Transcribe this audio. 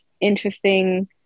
interesting